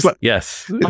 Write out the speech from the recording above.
Yes